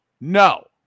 No